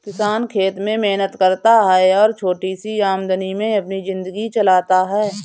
किसान खेत में मेहनत करता है और छोटी सी आमदनी में अपनी जिंदगी चलाता है